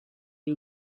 you